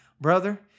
Brother